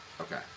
Okay